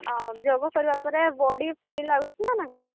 ଯୋଗ କରିବା ପରେ body free ଲାଗୁଛି ନା ନାହିଁ